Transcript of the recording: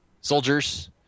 soldiers